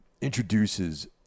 introduces